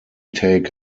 take